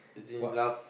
what